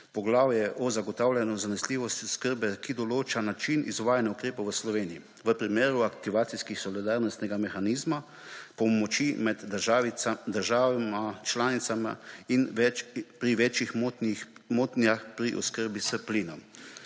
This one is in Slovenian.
poglavje o zagotavljanju zanesljivosti oskrbe, ki določa način izvajanja ukrepov v Sloveniji v primeru aktivacije solidarnostnega mehanizma pomoči med državami članicami pri več motnjah pri oskrbi s plinom.